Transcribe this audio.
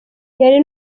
yari